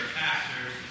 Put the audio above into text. pastors